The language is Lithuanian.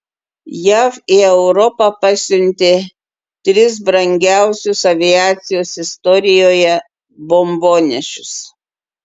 jav į europą pasiuntė tris brangiausius aviacijos istorijoje bombonešius